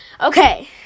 Okay